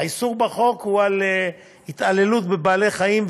האיסור בחוק הוא על התעללות בבעלי-חיים,